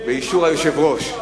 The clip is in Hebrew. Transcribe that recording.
באישור היושב-ראש.